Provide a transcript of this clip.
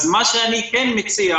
אז מה שאני כן מציע,